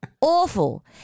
Awful